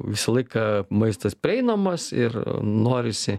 visą laiką maistas prieinamas ir norisi